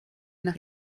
nach